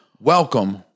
Welcome